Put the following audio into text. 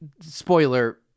spoiler